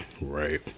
Right